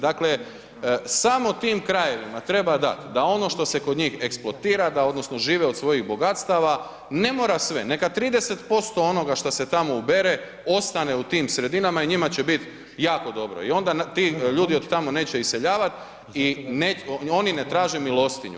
Dakle, samo tim krajevima treba dat da ono što se kod njih eksploatira da odnosno žive od svojih bogatstava, ne mora sve, neka 30% onoga što se tamo ubere, ostane u tim sredinama i njima će bit jako dobro i onda ti ljudi od tamo neće iseljavat i oni ne traže milostinju.